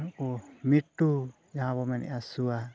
ᱱᱩᱠᱩ ᱢᱤᱴᱩ ᱡᱟᱦᱟᱸ ᱵᱚᱱ ᱢᱮᱱᱮᱫᱼᱟ ᱥᱩᱣᱟ